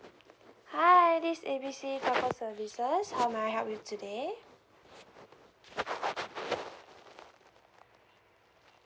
hi this A B C telco services how may I help you today